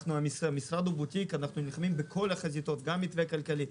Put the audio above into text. המשרד הוא בוטיק ואנחנו נלחמים בכל החזיתות: גם מתווה כלכלי,